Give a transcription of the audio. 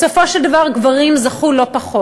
בסופו של דבר הגברים נהנים לא פחות,